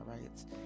rights